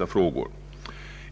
ändamål.